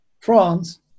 France